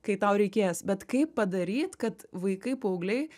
kai tau reikės bet kaip padaryt kad vaikai paaugliai